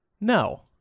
No